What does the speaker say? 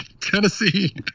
Tennessee